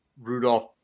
Rudolph